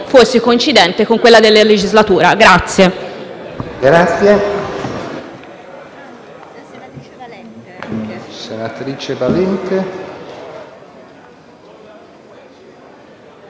fosse coincidente con quella della legislatura.